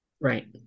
Right